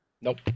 Nope